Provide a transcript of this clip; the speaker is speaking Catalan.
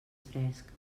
fresc